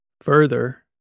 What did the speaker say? Further